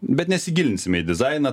bet nesigilinsim į dizainą